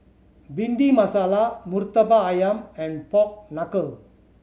Bhindi Masala Murtabak Ayam and pork knuckle